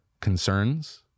concerns